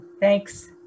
Thanks